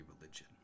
religion